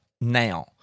now